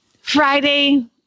Friday